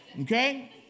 okay